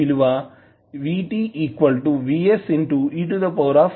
e tT ut అవుతుంది